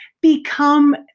become